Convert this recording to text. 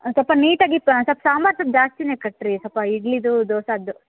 ಸ್ವಲ್ಪ ನೀಟಾಗಿ ಪ್ರ ಸ್ವಲ್ಪ್ ಸಾಂಬಾರು ಸ್ವಲ್ಪ್ ಜಾಸ್ತಿಯೇ ಕಟ್ಟಿರಿ ಸ್ವಲ್ಪ ಇಡ್ಲಿದು ದೋಸೆಯದ್ದು